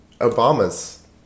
Obama's